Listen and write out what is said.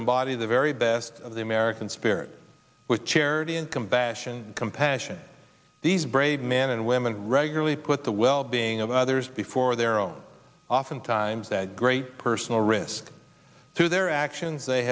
embody the very best of the american spirit with charity and combat and compassion these brave men and women regularly put the well being of others before their own often times that great personal risk to their actions they